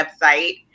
website